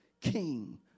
king